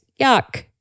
Yuck